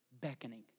beckoning